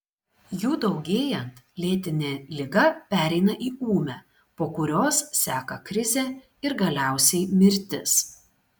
jų daugėjant lėtinė liga pereina į ūmią po kurios seka krizė ir galiausiai mirtis